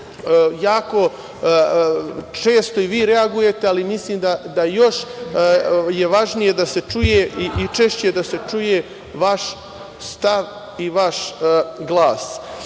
jako često i vi reagujete, ali mislim da još je važnije da se čuje i češće da se čuje vaš stav i vaš glas. Ono